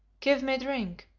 give me drink,